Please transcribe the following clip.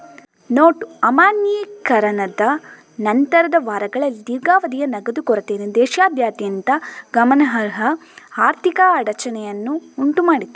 note ಅಮಾನ್ಯೀಕರಣದ ನಂತರದ ವಾರಗಳಲ್ಲಿ ದೀರ್ಘಾವಧಿಯ ನಗದು ಕೊರತೆಯಿಂದ ದೇಶದಾದ್ಯಂತ ಗಮನಾರ್ಹ ಆರ್ಥಿಕ ಅಡಚಣೆಯನ್ನು ಉಂಟು ಮಾಡಿತು